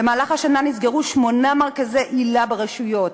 השנה נסגרו שמונה מרכזי היל"ה ברשויות: